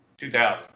2000